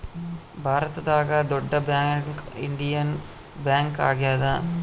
ಭಾರತದಾಗ ದೊಡ್ಡ bank Indian bank ಆಗ್ಯಾದ